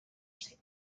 zen